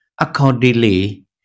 Accordingly